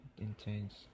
intense